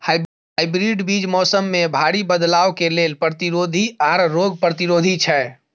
hybrid बीज मौसम में भारी बदलाव के लेल प्रतिरोधी आर रोग प्रतिरोधी छै